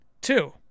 Two